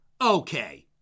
okay